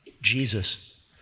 Jesus